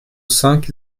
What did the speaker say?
cinq